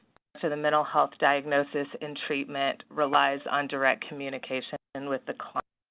to the mental health diagnosis and treatment relies on direct communication and with the client.